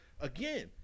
again